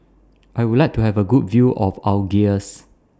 I Would like to Have A Good View of Algiers